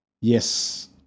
yes